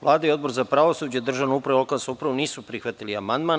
Vlada i Odbor za pravosuđe, državnu upravu i lokalnu samoupravu nisu prihvatili ovaj amandman.